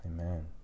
amen